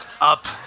up